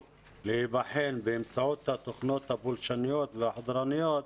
להיבחן באמצעות התוכניות הפולשניות והחודרניות,